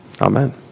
Amen